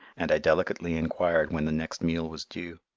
and i delicately enquired when the next meal was due.